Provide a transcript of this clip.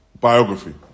biography